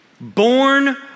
born